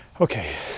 okay